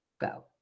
go